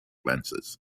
lenses